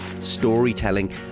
storytelling